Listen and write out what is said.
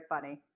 funny